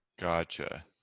Gotcha